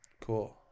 Cool